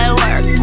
work